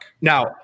now